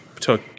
took